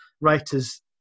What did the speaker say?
writers